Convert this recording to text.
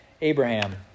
Abraham